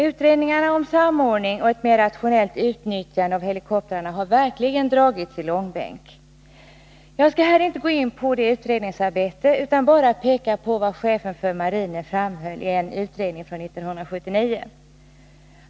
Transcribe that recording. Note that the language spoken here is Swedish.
Utredningar om samordning och ett mer rationellt utnyttjande av helikoptrarna har verkligen dragits i långbänk. Jag skall här inte gå in på det utredningsarbetet utan bara peka på vad chefen för marinen framhöll i en utredning från 1979.